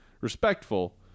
respectful